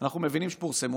אנחנו מבינים שפורסמו,